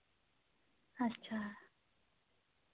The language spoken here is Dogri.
अच्छा